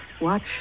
Watch